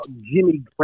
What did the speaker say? Jimmy